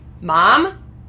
Mom